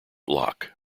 locke